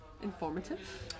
informative